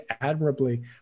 admirably